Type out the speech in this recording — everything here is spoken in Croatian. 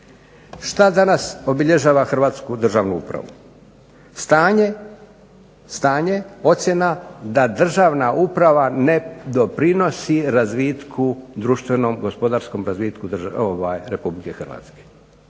Šta danas obilježava hrvatsku državnu upravu? Stanje, stanje ocjena da državna uprava ne doprinosi razvitku, društvenom gospodarskom razvitku Republike Hrvatske.